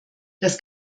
das